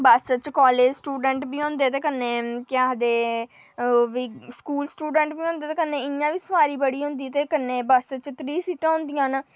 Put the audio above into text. बस्स च कालज दे स्टूडैंट बी होंदे ते कन्नै केह् आखदे ओह् बी स्कूल स्टूडैंट बी होंदे ते कन्नै इ'यां बी सुआरी बड़ी होंदी ते कन्नै बस्स च त्री सीटां होंदियां न